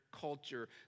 culture